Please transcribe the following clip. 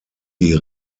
die